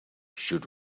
should